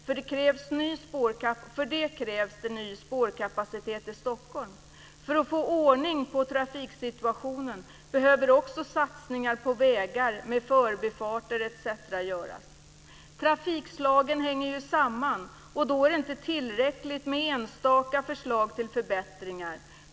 För detta krävs ny spårkapacitet i Stockholm. För att få ordning på trafiksituationen behöver också satsningar på vägar med förbifarter etc. göras. Trafikslagen hänger ju samman. Då är det inte tillräckligt med enstaka förslag till förbättringar.